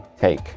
take